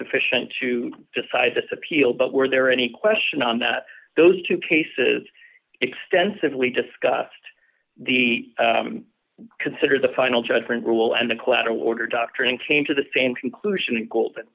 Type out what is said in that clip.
sufficient to decide this appeal but were there any question on that those two cases extensively discussed the consider the final judgment rule and the collateral order doctrine came to the same conclusion goldman